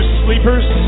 sleepers